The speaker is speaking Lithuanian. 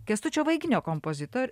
kęstučio vaiginio kompozitor